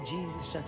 Jesus